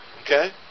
okay